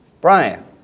Brian